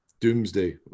Doomsday